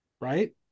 Right